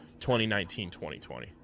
2019-2020